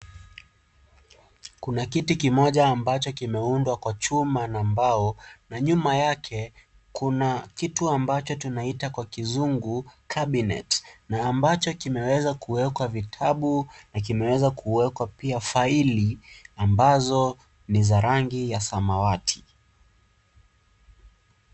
Kuna kiti kimoja ambacho kimeundwa kwa chuma na mbao na nyuma yake kuna kitu ambacho tunaita kwa kizungu cabinet , na ambacho kimeweza kuwekwa vitabu na kimeweza kuwekwa pia faili ambazo niza rangi ya samawati.